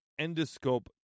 endoscope